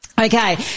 Okay